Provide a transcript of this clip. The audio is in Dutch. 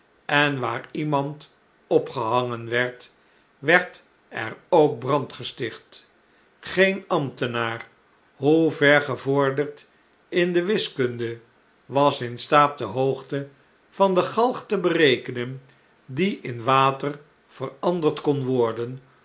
en waar iemand opgehangen werd werd er ook brand gesticht geen ambtenaar hoe ver gevorderd in de wiskunde was in staat de hoogte van de galg te berekenen die in water veranderd kon worden